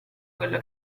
quello